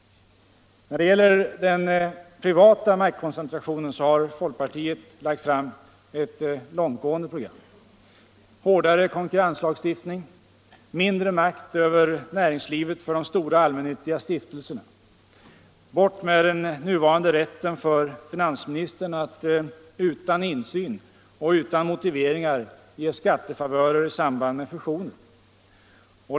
När det gäller den privata maktkoncentrationen, så har folkpartiet lagt fram ett långtgående program: Hårdare konkurrenslagstiftning. Mindre makt över näringslivet för de stora allmännyttiga stiftelserna. Bort med den nuvarande rätten för finansministern att utan insyn och utan motiveringar ge skattefavörer i samband med fusioner!